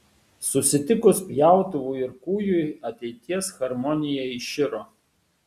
susitikus pjautuvui ir kūjui ateities harmonija iširo